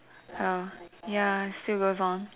err ya still goes on